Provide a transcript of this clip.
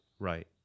Right